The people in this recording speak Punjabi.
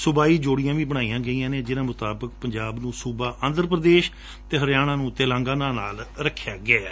ਸੂਬਾਈ ਜੋੜੀਆਂ ਵੀ ਬਣਾਈਆਂ ਗਈਆਂ ਨੇ ਜਿਨ੍ਹਾਂ ਮੁਤਾਬਕ ਪੰਜਾਬ ਨੂੰ ਸੂਬਾ ਆਂਧਰਾ ਪ੍ਦੇਸ਼ ਅਤੇ ਹਰਿਆਣਾ ਨੂੰ ਤੇਲੰਗਾਨਾ ਨਾਲ ਰੱਖਿਆ ਗਿਐ